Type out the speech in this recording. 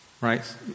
Right